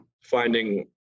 finding